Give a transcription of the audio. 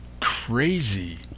crazy